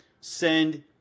send